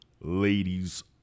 ladies